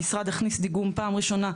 המשרד הכניס דיגום פעם ראשונה,